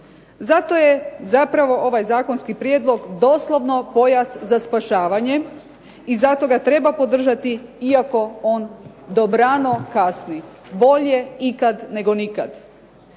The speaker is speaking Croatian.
Zato je zapravo ovaj zakonski prijedlog doslovno pojas za spašavanje i zato ga treba podržati iako on dobrano kasni. Bolje ikad nego nikad.